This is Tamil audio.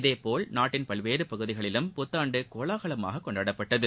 இதேபோல் நாட்டின் பல்வேறு பகுதிகளிலும் புத்தாண்டு கோலாகலமாக கொண்டாடப்பட்டது